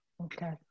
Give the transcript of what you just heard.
Okay